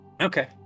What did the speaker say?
okay